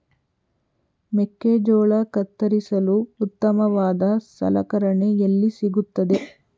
ಮೆಕ್ಕೆಜೋಳ ಕತ್ತರಿಸಲು ಉತ್ತಮವಾದ ಸಲಕರಣೆ ಎಲ್ಲಿ ಸಿಗುತ್ತದೆ?